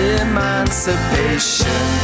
emancipation